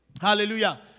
Hallelujah